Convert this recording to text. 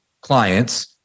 clients